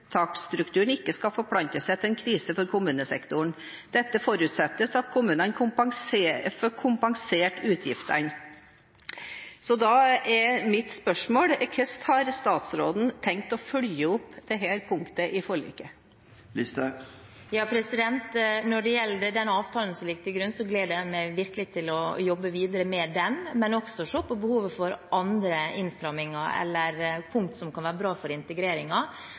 mottaksstrukturen, ikke får forplante seg og bli en krise for kommunesektoren. Dette forutsetter at kommunene får kompensert utgifter.» Da er mitt spørsmål: Hvorledes har statsråden tenkt å følge opp dette punktet i forliket? Når det gjelder den avtalen som ligger til grunn, gleder jeg meg virkelig til å jobbe videre med den, men også til å se på behovet for andre innstramminger eller punkt som kan være bra for